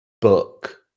Book